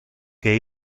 que